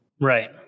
Right